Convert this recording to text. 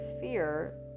fear